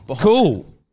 Cool